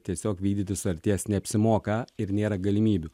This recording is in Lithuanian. tiesiog vykdyti sutarties neapsimoka ir nėra galimybių